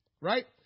right